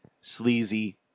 Sleazy